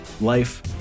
life